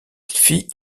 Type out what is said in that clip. fit